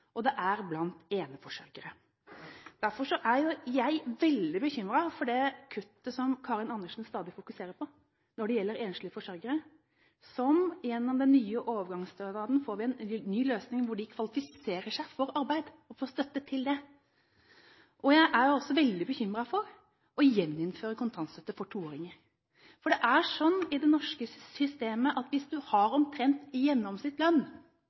og det er blant eneforsørgere. Derfor er jeg veldig bekymret for det kuttet som Karin Andersen stadig fokuserer på når det gjelder enslige forsørgere, men gjennom den nye overgangsstønaden får vi en ny løsning hvor de kvalifiserer seg for arbeid og får støtte til det. Jeg er også veldig bekymret for å gjeninnføre kontantstøtte for toåringer, for det er slik i det norske systemet at hvis